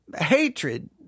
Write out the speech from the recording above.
hatred